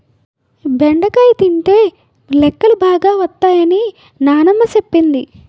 బెండకాయ తినితే లెక్కలు బాగా వత్తై అని నానమ్మ సెప్పింది